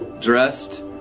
dressed